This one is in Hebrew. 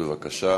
בבקשה.